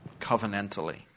covenantally